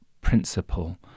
principle